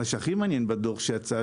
מה שהכי מעניין בדוח שיצא,